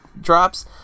drops